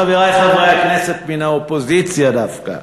חברי חברי הכנסת מן האופוזיציה דווקא,